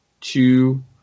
two